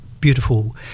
beautiful